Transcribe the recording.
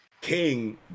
King